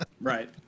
Right